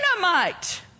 dynamite